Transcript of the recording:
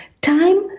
time